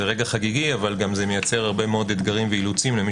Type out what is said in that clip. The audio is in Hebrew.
זה רגע חגיגי אך מייצר הרבה מאוד אתגרים ואילוצים למי